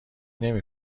نمی